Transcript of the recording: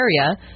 area